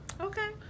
Okay